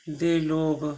ਦੇ ਲੋਕ